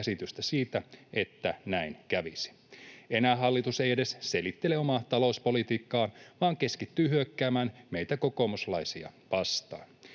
käsitystä siitä, että näin kävisi. Enää hallitus ei edes selittele omaa talouspolitiikkaansa vaan keskittyy hyökkäämään meitä kokoomuslaisia vastaan.